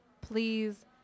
Please